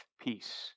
peace